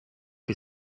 que